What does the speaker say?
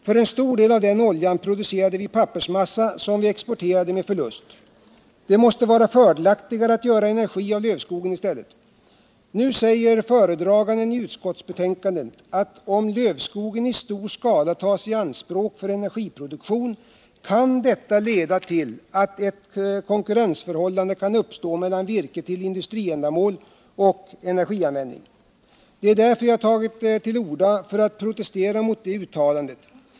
För en stor del av den oljan producerade vi sedan pappersmassa, som vi exporterade med förlust. Det måste vara fördelaktigare att göra energi av lövskogen i stället. Nu säger föredraganden i utskottet att om lövskogen kan tas i anspråk för energiproduktion i stor skala, kan detta leda till att ett konkurrensförhållande kan uppstå mellan virke för industriändamål och virke för energianvändning. Jag har tagit till orda för att protestera mot det uttalandet.